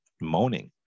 moaning